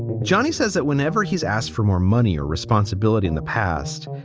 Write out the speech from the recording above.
johnny says that whenever he's asked for more money or responsibility in the past,